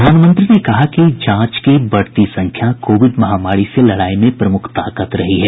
प्रधानमंत्री ने कहा कि जांच की बढ़ती संख्या कोविड महामारी से लड़ाई में प्रमुख ताकत रही है